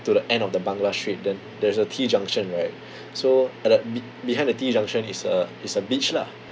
to the end of the bangla street then there's a T junction right so at the be~ behind the T junction is a is a beach lah